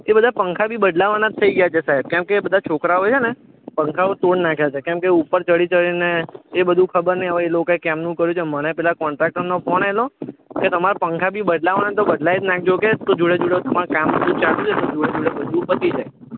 એ બધા પંખા બી બદલાવવાના જ થઈ ગયા છે સાહેબ કેમકે બધા છોકરાઓએ છે ને પંખાઓ તોડી નાખ્યા છે કેમકે ઉપર ચડી ચડીને એ બધું ખબર નહીં હવે એ લોકાએ કેમનું કર્યું છે મને પેલા કોન્ટ્રાક્ટરનો ફોન આવેલો કે તમાર પંખા બી બદલાવવાના તો બદલાવી નાખજો તો જોડે જોડે તમારે કામ બધું ચાલું છે તો જોડે જોડે બધું પતી જાય